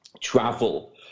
travel